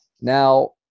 Now